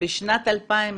בשנת 2021